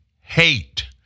hate